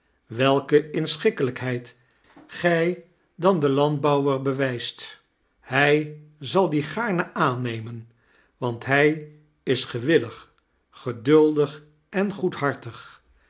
welke insctokkelrjkheid gij dan den landbouwer bewijst hrj zal die gaame aanfiemen want bij is gewillig geduldig en